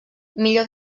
millor